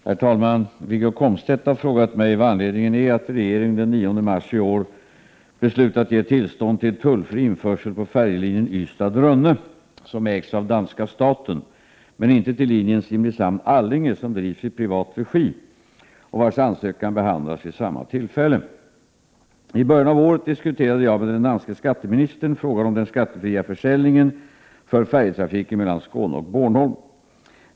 Herr talman! Wiggo Komstedt har frågat mig vad anledningen är att regeringen den 9 mars i år beslutat ge tillstånd till tullfri införsel på färjelinjen Ystad-Rönne, som ägs av danska staten, men inte till linjen Simrishamn— Allinge, som drivs i privat regi och vars ansökan behandlades vid samma tillfälle. I början av året diskuterade jag med den danske skatteministern frågan om den skattefria försäljningen för färjetrafiken mellan Skåne och Bornholm.